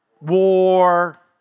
war